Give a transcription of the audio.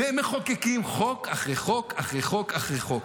והם מחוקקים חוק אחרי חוק, אחרי חוק,